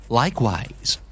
likewise